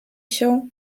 się